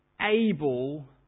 able